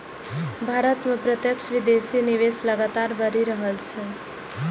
भारत मे प्रत्यक्ष विदेशी निवेश लगातार बढ़ि रहल छै